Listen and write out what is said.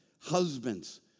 Husbands